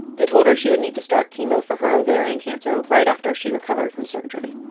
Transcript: they told her she would need to start chemo for her ovarian cancer right after she recovered from surgery.